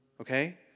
Okay